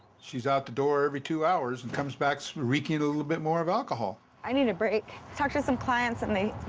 she's out the door every two hours and comes back so reeking a little bit more of alcohol. i need a break. talked to some clients and they.